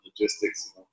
logistics